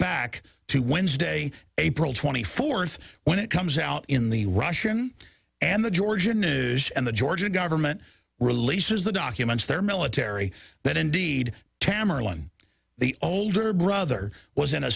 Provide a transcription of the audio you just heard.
back to wednesday april twenty fourth when it comes out in the russian and the georgian news and the georgian government releases the documents their military that indeed tamar line the older brother was in